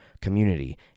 community